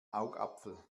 augapfel